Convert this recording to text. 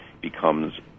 becomes